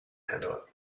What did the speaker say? handle